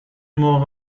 more